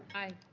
aye.